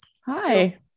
Hi